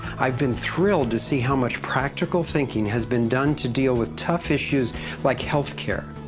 i've been thrilled to see how much practical thinking has been done to deal with tough issues like health care,